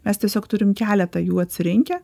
mes tiesiog turim keletą jų atsirinkę